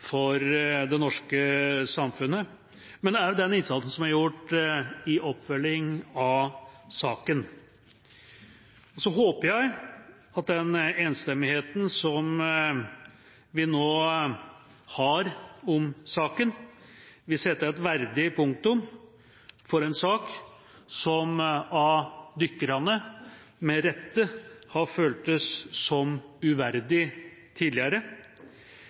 for det norske samfunnet, men også den innsatsen som er gjort i oppfølging av saken. Jeg håper at den enstemmigheten vi nå har om saken, vil sette et verdig punktum for en sak som av dykkerne med rette har føltes som uverdig tidligere.